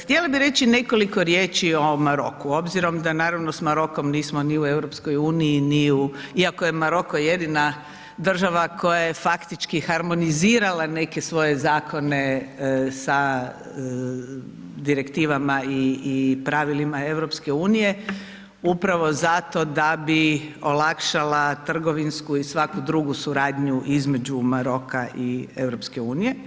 Htjela bih reći nekoliko riječi o Maroku obzirom da, naravno, s Marokom nismo ni u EU, ni u, iako je Maroko jedina država koje je faktički harmonizirala neke svoje zakone sa direktivama i pravilima EU, upravo zato da bi olakšala trgovinsku i svaku drugu suradnju između Maroka i EU.